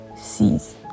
sees